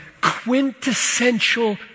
quintessential